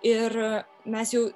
ir mes jau